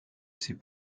ces